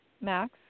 Max